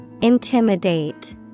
Intimidate